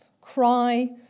cry